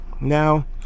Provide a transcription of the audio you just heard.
Now